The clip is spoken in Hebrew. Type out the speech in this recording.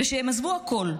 הם עזבו הכול.